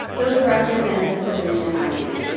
those represent the submission id.